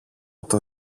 τον